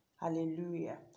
Hallelujah